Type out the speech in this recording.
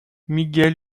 miguel